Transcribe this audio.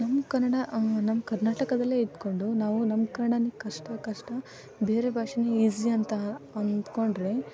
ನಮ್ಮ ಕನ್ನಡ ನಮ್ಮ ಕರ್ನಾಟಕದಲ್ಲೇ ಇದ್ದುಕೊಂಡು ನಾವು ನಮ್ಮ ಕನ್ನಡನೇ ಕಷ್ಟ ಕಷ್ಟ ಬೇರೆ ಭಾಷೆನೇ ಈಝಿ ಅಂತ ಅಂದುಕೊಂಡ್ರೆ